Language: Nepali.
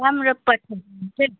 पन्ध्र पछि हुन्छ नि